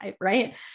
Right